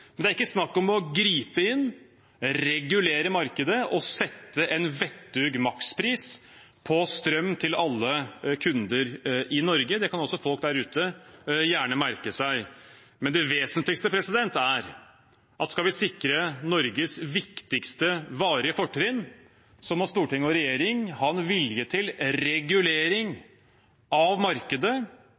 men det er ikke snakk om å gripe inn, regulere markedet og sette en vettug makspris på strøm til alle kunder i Norge. Det kan også folk der ute gjerne merke seg. Men det vesentligste er at skal vi sikre Norges viktigste varige fortrinn, må storting og regjering ha en vilje til regulering av markedet